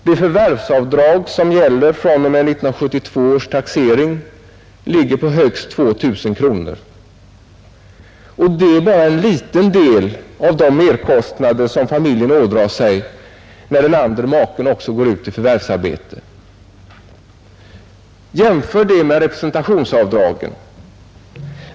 Det förvärvsavdrag som gäller från och med 1972 års taxering ligger på högst 2 000 kronor, och det är bara en liten del av de merkostnader som familjen ådrar sig när den andra maken också går ut i förvärvslivet. Jämför detta med representationsavdragen.